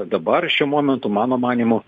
dabar šiuo momentu mano manymu